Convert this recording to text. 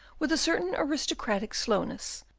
with a certain aristocratic slowness,